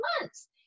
months